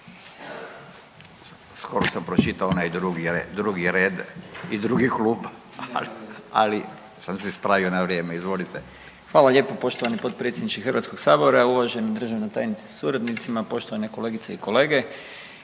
Skoro sam pročitao onaj drugi red i drugi klub, ali sam se ispravio na vrijeme. Izvolite. **Klasić, Darko (HSLS)** Hvala lijepo poštovani potpredsjedniče Hrvatskog sabora. Uvažena državna tajnice sa suradnicima, poštovane kolegice i kolege,